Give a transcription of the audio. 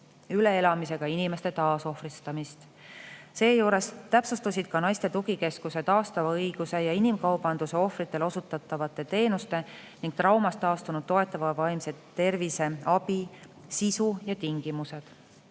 üleelamisega inimeste taasohvristamist. Seejuures täpsustusid ka naiste tugikeskuse, taastava õiguse ja inimkaubanduse ohvritele osutatavad teenused ning traumast taastumist toetava vaimse tervise abi sisu ja tingimused.